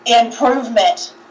improvement